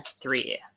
three